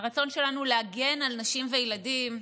הרצון שלנו להגן על נשים וילדים,